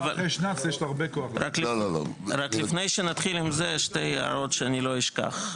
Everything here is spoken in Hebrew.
רק לפני שנתחיל עם זה, שתי הערות שאני לא אשכח.